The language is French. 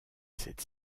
cette